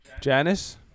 Janice